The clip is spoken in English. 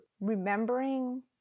remembering